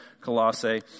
Colossae